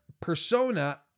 persona